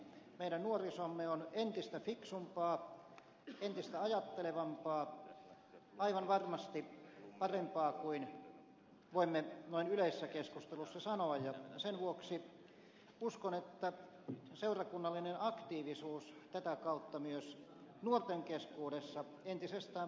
meidän nuorisomme on entistä fiksumpaa entistä ajattelevampaa aivan varmasti parempaa kuin voimme noin yleisessä keskustelussa sanoa ja sen vuoksi uskon että seurakunnallinen aktiivisuus tätä kautta myös nuorten keskuudessa entisestään paranee